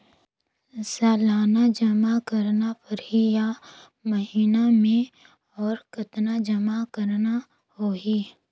सालाना जमा करना परही या महीना मे और कतना जमा करना होहि?